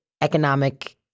economic